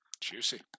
juicy